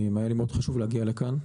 היה לי חשוב מאוד להגיע לכאן.